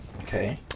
Okay